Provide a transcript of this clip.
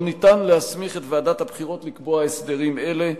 ניתן להסמיך את ועדת הבחירות לקבוע הסדרים אלה,